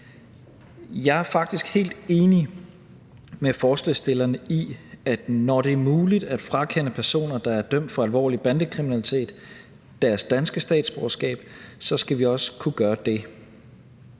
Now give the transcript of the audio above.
Jeg er faktisk helt enig med forslagsstillerne i, at når det er muligt at frakende personer, der er dømt for alvorlig bandekriminalitet, deres danske statsborgerskab, så skal vi også kunne gøre det.